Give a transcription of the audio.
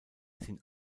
sind